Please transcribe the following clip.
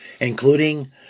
including